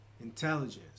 intelligence